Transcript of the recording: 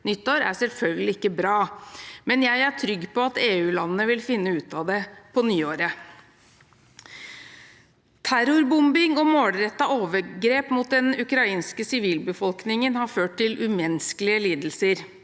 nyttår, er selvfølgelig ikke bra, men jeg er trygg på at EU-landene vil finne ut av det på nyåret. Terrorbombing og målrettede overgrep mot den ukrainske sivilbefolkningen har ført til umenneskelige lidelser.